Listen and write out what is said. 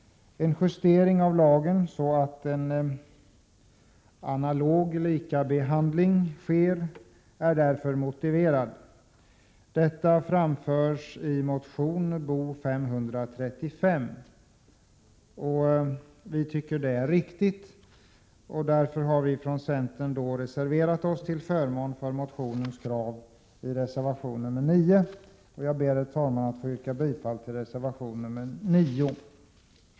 En justering av lagen så att likabehandling kan ske är därför motiverad. Detta framförs i motion Bo535. Vi har från centerns sida reserverat oss till förmån för dessa krav, vilka framförs i reservation 9. Herr talman! Jag ber att få yrka bifall till reservation 9.